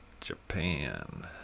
Japan